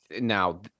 now